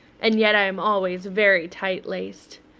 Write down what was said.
and yet i am always very tight laced.